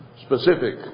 specific